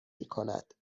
میکند